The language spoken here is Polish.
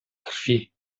krwi